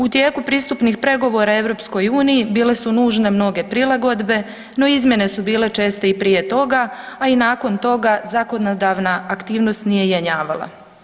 U tijeku pristupnih pregovora EU bile su nužne mnoge prilagodbe no izmjene su bila česte i prije toga, a i nakon toga zakonodavna aktivnost nije jenjavala.